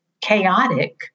chaotic